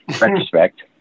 retrospect